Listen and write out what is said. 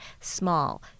small